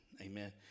Amen